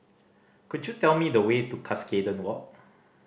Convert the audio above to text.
could you tell me the way to Cuscaden Walk